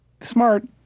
smart